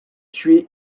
tué